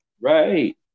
Right